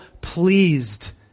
pleased